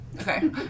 Okay